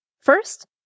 First